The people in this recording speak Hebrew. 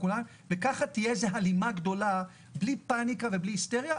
וככה תהיה הלימה גדולה בלי פאניקה ובלי היסטריה,